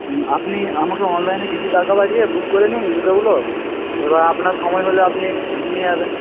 হুম আপনি আমাকে অনলাইনে কিছু টাকা পাঠিয়ে বুক করে নিন জুতোগুলো এবার আপনার সময় হলে আপনি নিয়ে যাবেন